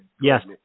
Yes